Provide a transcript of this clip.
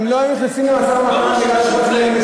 הם לא היו נכנסים למשא-ומתן, חשוב להם.